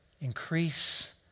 increase